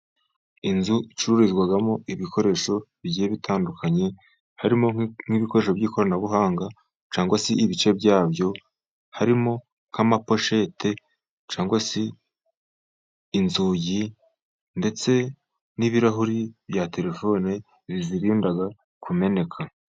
Inzu icururizwamo ibikoresho bigiye bitandukanye, harimo n'ibikoresho by'ikoranabuhanga cyangwa se ibice byabyo, harimo nk'amaposhete cyangwa se inzugi, ndetse n'ibirahuri bya telefoni bizirinda kumeneka.